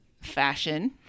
fashion